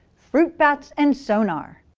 fruit bats and sonar!